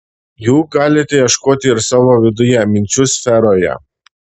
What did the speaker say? jų galite ieškoti ir savo viduje minčių sferoje